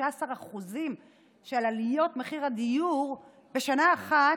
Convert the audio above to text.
16% של עליות מחיר הדיור בשנה אחת,